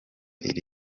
iri